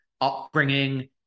upbringing